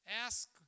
Ask